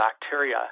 bacteria